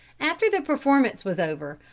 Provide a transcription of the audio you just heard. after the performance was over,